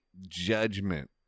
judgment